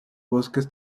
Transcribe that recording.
bosques